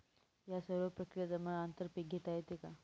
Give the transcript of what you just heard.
या सर्व प्रक्रिये दरम्यान आंतर पीक घेता येते का?